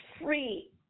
free